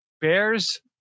Bears